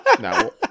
No